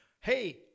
Hey